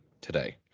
today